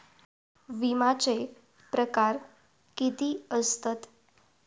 विमाचे प्रकार किती असतत?